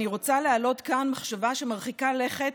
אני רוצה להעלות כאן מחשבה שמרחיקה לכת